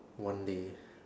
one day